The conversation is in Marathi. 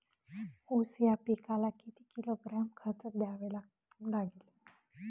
ऊस या पिकाला किती किलोग्रॅम खत द्यावे लागेल?